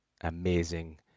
amazing